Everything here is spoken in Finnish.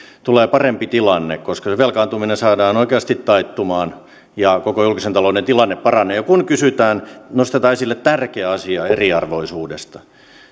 tulee parempi tilanne koska se velkaantuminen saadaan oikeasti taittumaan ja koko julkisen talouden tilanne paranee kun kysytään nostetaan esille tärkeä asia eriarvoisuudesta